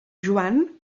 joan